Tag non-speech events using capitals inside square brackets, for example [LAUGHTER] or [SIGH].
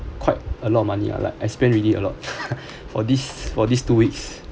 quite a lot of money lah like I spent really a lot [LAUGHS] for these for this two weeks